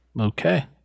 Okay